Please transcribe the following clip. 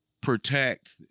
protect